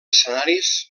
escenaris